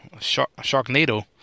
Sharknado